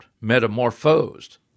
metamorphosed